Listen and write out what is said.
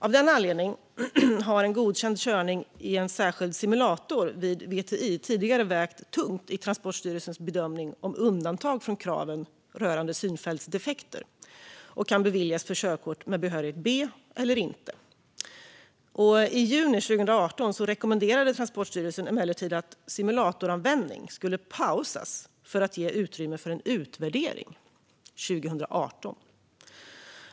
Av den anledningen har en godkänd körning i en särskild simulator vid VTI tidigare vägt tungt i Transportstyrelsens bedömning om undantag från kraven rörande synfältsdefekter kan beviljas för körkort med behörighet B eller inte. I juni 2018 rekommenderade Transportstyrelsen att simulatoranvändning skulle pausas för att ge utrymme för en utvärdering 2018.